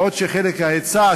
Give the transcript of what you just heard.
בעוד שהחלק של ההיצע,